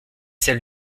celle